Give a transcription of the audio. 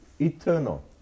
eternal